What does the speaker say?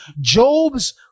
job's